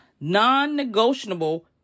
Non-negotiable